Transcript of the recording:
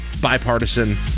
bipartisan